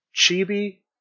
Chibi